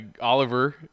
Oliver